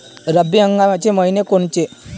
रब्बी हंगामाचे मइने कोनचे?